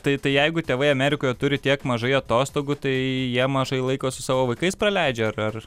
tai tai jeigu tėvai amerikoje turi tiek mažai atostogų tai jie mažai laiko su savo vaikais praleidžia ar ar